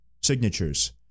signatures